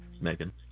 megan